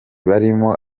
barimo